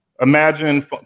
imagine